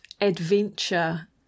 adventure